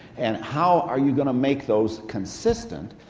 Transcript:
and how are you going to make those consistent,